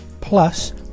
plus